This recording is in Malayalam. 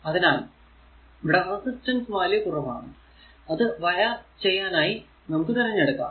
അതിനാൽ ഇവിടെ റെസിസ്റ്റൻസ് വാല്യൂ കുറവാണു അത് വയർ ചെയ്യാനായി നമുക്ക് തെരഞ്ഞെടുക്കാം